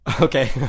Okay